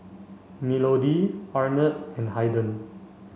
Melodee Arnett and Haiden